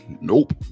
Nope